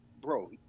bro